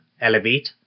Elevate